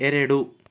ಎರಡು